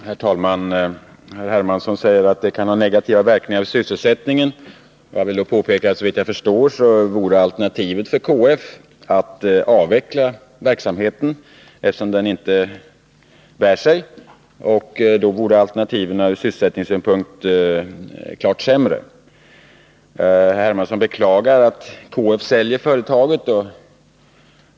Herr talman! Herr Hermansson talar om negativa verkningar för sysselsättningen. Jag vill påpeka att såvitt jag förstår vore alternativet för KF att avveckla verksamheten, eftersom den inte bär sig. Det vore klart sämre ur sysselsättningssynpunkt. Herr Hermansson beklagar att KF säljer dessa företag.